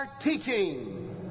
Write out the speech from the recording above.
teaching